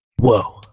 Whoa